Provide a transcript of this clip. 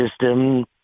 system